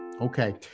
okay